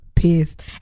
pissed